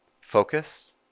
focus